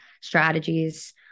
strategies